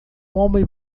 homem